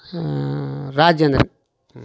Rajendran